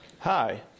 Hi